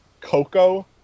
Coco